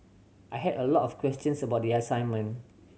I had a lot of questions about the assignment